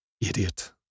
Idiot